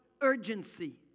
urgency